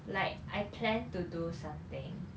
like I plan to do something